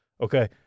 okay